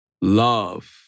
love